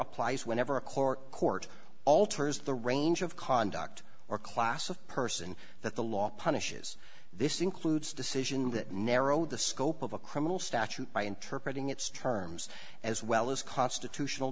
applies whenever a court court alters the range of conduct or class of person that the law punishes this includes decision that narrow the scope of a criminal statute by interpreting its terms as well as constitutional